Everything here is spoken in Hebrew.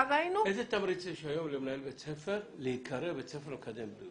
איזה תמריץ יש היום למנהל בית ספר להיקרא בית ספר מקדם בריאות?